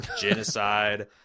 genocide